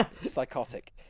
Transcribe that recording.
Psychotic